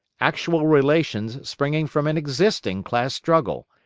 actual relations springing from an existing class struggle,